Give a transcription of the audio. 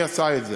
מי עשה את זה.